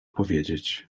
powiedzieć